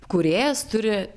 kūrėjas turi